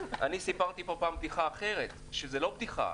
סיפרתי פה פעם בדיחה אחרת, שזה לא בדיחה,